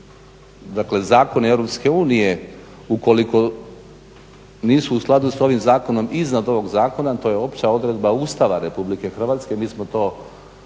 dakle zakoni EU ukoliko nisu u skladu sa ovim zakonom iznad ovog zakona to je opća odredba Ustava RH, mi smo to i